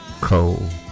cold